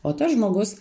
o tas žmogus